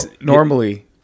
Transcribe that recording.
normally